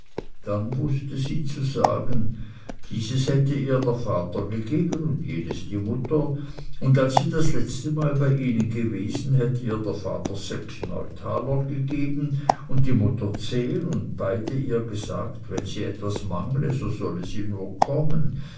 dann wußte sie zu sagen dieses hätte ihr der vater gegeben und jenes die mutter und als sie das letztemal bei ihnen gewesen hätte ihr der vater sechs neutaler gegeben und die mutter zehn und beide ihr gesagt wenn sie etwas mangle so solle sie nur kommen